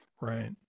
Right